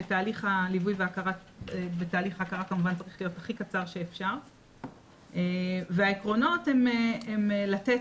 כשתהליך ההכרה צריך להיות הכי קצר שאפשר והעקרונות הם לתת